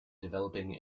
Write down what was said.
developing